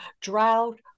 drought